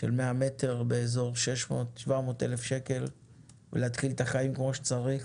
של מאה מטר באיזור 600-700 אלף שקל ולהתחיל את החיים כמו שצריך,